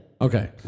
Okay